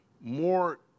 more